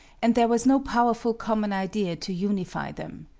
and there was no powerful common idea to unify them.